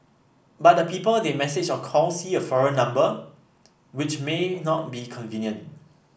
but the people they message or call see a foreign number which may not be convenient